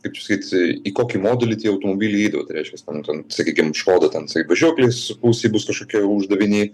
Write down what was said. kaip čia sakyt į kokį modulį tie automobiliai įeidavo tai reiškias ten ten sakykim škoda ten važiuoklės pusėj bus kažkokie uždaviniai